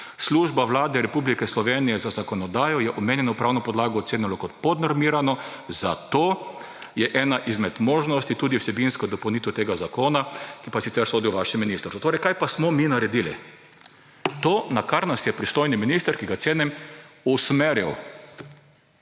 Služba Vlade Republike Slovenije za zakonodajo je omenjeno pravno podlago ocenilo kot podnormirano.« Zato je ena izmed možnosti tudi vsebinska dopolnitev tega zakona, ki pa sicer sodi v vaše ministrstvo. Kaj pa smo mi naredili? To, na kar nas je pristojni minister, ki ga cenim, usmeril.